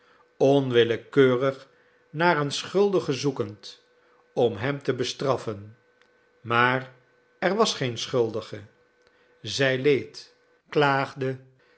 onwillekeurig naar een schuldige zoekend om hem te bestraffen maar er was geen schuldige zij leed klaagde